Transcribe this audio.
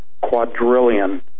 quadrillion